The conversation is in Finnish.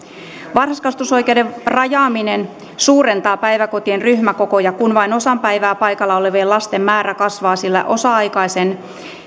varhaiskasvatusoikeuden rajaaminen suurentaa päiväkotien ryhmäkokoja kun vain osan päivästä paikalla olevien lasten määrä kasvaa sillä osa aikaisen